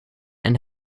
and